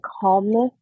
calmness